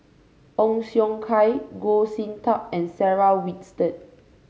Ong Siong Kai Goh Sin Tub and Sarah Winstedt